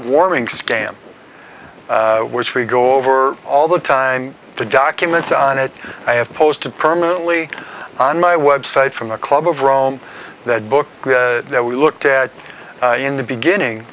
warming scam which we go over all the time to documents on it i have posted permanently on my website from the club of rome that book that we looked at in the beginning